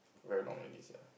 very long already sia